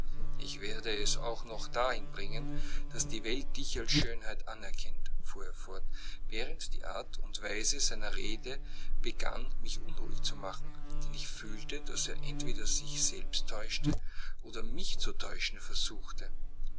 ich werde es auch noch dahin bringen daß die welt dich als schönheit anerkennt fuhr er fort während die art und weise seiner rede begann mich unruhig zu machen denn ich fühlte daß er entweder sich selbst täuschte oder mich zu täuschen versuchte